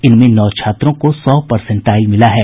इनमें नौ छात्रों को सौ परसेंटाईल मिला है